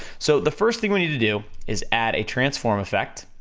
so, the first thing we need to do is add a transform effect,